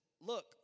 look